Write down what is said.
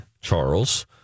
Charles